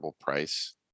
price